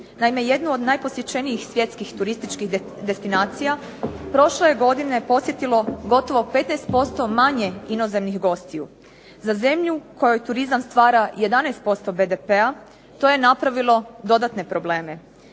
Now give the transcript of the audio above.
Naime, jednu od najposjećenijih svjetskih turističkih destinacija prošle je godine posjetilo gotovo 15% manje inozemnih gostiju. Za zemlju u kojoj turizam stvara 11% BDP-a to je napravilo dodatne probleme.